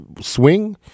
swing